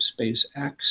SpaceX